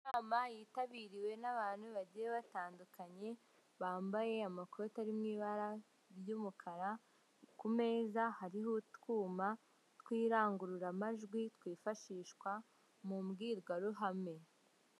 Inama yitabiriwe n'abantu bagiye batandukanye bambaye amakoti ari mu ibara ry'umukara, ku meza hariho utwuma tw'irangururamajwi twifashishwa mu mbwirwaruhame.